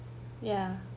ya